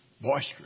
boisterous